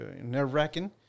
nerve-wracking